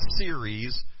series